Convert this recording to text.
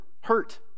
hurt